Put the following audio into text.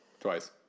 Twice